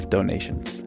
Donations